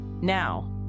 Now